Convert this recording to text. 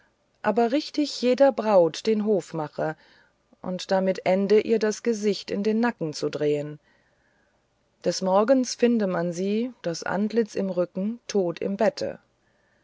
aber richtig jeder braut den hof mache und damit ende ihr das gesicht in den nacken zu drehen des morgens finde man sie das antlitz im rücken tot im bette